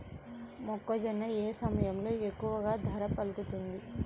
మొక్కజొన్న ఏ సమయంలో ఎక్కువ ధర పలుకుతుంది?